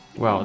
Wow